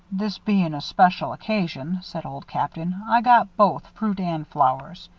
this bein' a special occasion, said old captain, i got both fruit and flowers.